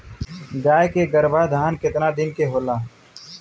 गाय के गरभाधान केतना दिन के होला?